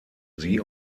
sie